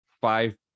five